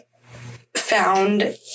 found